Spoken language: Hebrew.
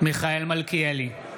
מיכאל מלכיאלי,